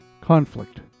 Conflict